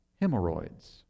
hemorrhoids